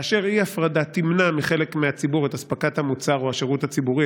כאשר אי-הפרדה תמנע מחלק מן הציבור את הספקת המוצר או השירות הציבורי,